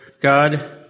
God